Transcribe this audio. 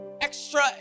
extra